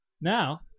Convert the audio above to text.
Now